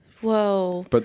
Whoa